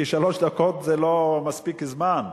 כי שלוש דקות זה לא מספיק זמן.